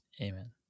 Amen